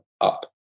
up